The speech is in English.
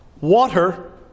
Water